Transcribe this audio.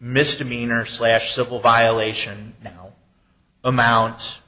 misdemeanor slash civil violation now amounts